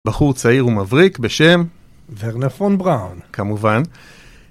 בחור צעיר ומבריק בשם. ורנר פון בראון. כמובן